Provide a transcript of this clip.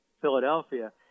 Philadelphia